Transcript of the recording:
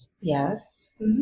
Yes